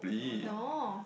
no